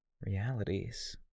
realities